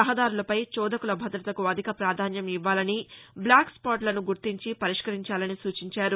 రహదారులపై చోదకుల భద్రతకు అధిక ప్రాధాన్యం ఇవ్వాలని భ్లాక్స్పాట్లను గుర్తించి పరిష్కరించాలని సూచించారు